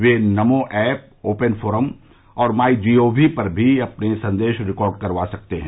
वे NaMo app open forum और my G O V पर भी अपने संदेश रिकार्ड करवा सकते हैं